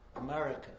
America